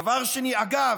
דבר שני, אגב,